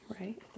right